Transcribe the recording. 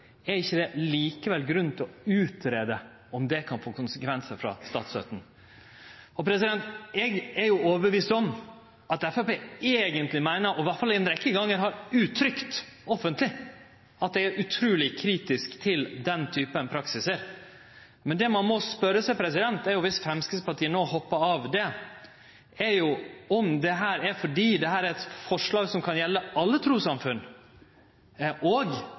er ikkje det likevel grunn til å greie ut om det kan få konsekvensar for statsstøtta? Eg er overtydd om at Framstegspartiet eigentleg – dei har iallfall ei rekke gonger uttrykt det offentleg – er utruleg kritiske til den typen praksisar. Men det ein må spørje seg, er: Viss Framstegspartiet no hoppar av det, er det fordi dette er eit forslag som kan gjelde alle trussamfunn – òg nokre ytterleggåande kristne trussamfunn, der det finst sosial kontroll og